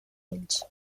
ells